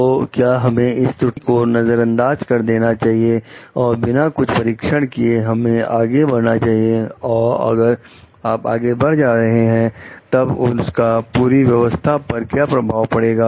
तो क्या हमें इस त्रुटि को नजरदाज कर देना चाहिए और बिना कुछ परीक्षण किए हमें आगे बढ़ना चाहिए और अगर आप आगे बढ़ रहे हैं तब उसका पूरी व्यवस्था पर क्या प्रभाव पड़ेगा